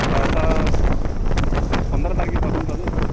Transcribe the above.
आता पंधरा तारखेपासून चालू होतील